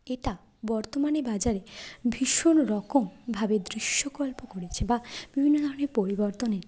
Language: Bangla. এটা বর্তমানে বাজারে ভীষণরকমভাবে দৃশ্যকল্প করেছে বা বিভিন্ন ধরনের পরিবর্তন এনেছে